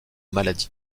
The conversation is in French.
maladies